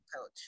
coach